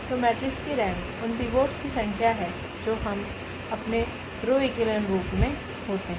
तो मेट्रिक्स की रेंक उन पिवोट्स की संख्या है जो हम अपने रो ईकोलोन रूप में होते हैं